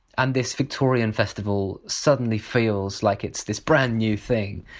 and this victorian festival suddenly feels like it's this brand new thing.